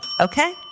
okay